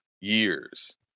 years